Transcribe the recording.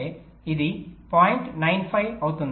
95 అవుతుంది